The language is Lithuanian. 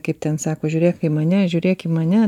kaip ten sako žiūrėk į mane žiūrėk į mane